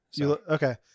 Okay